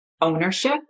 ownership